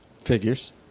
Figures